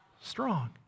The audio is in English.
strong